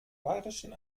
bayerischen